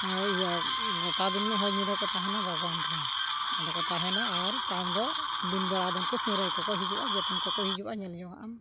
ᱦᱮᱸ ᱤᱭᱟᱹ ᱜᱚᱴᱟ ᱫᱤᱱ ᱦᱚᱭ ᱧᱤᱫᱟᱹ ᱠᱚ ᱛᱟᱦᱮᱱᱟ ᱵᱟᱜᱽᱣᱟᱱ ᱨᱮ ᱚᱸᱰᱮ ᱠᱚ ᱛᱟᱦᱮᱱᱟ ᱟᱨ ᱛᱟᱭᱚᱢ ᱫᱚ ᱫᱤᱱ ᱵᱮᱲᱟ ᱫᱚᱱ ᱠᱚ ᱥᱤᱨᱟᱹᱭ ᱠᱚᱠᱚ ᱦᱤᱡᱩᱜᱼᱟ ᱡᱮᱛᱮᱱ ᱠᱚᱠᱚ ᱦᱤᱡᱩᱜᱼᱟ ᱧᱮᱞ ᱧᱚᱜ ᱟᱢ